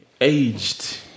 aged